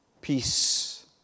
peace